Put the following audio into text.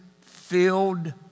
filled